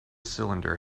cylinder